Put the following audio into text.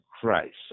Christ